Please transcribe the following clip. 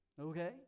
Okay